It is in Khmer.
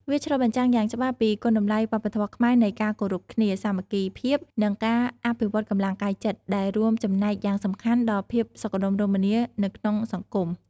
វាឆ្លុះបញ្ចាំងយ៉ាងច្បាស់ពីគុណតម្លៃវប្បធម៌ខ្មែរនៃការគោរពគ្នា សាមគ្គីភាព និងការអភិវឌ្ឍកម្លាំងកាយចិត្ត ដែលរួមចំណែកយ៉ាងសំខាន់ដល់ភាពសុខដុមរមនានៅក្នុងសង្គម។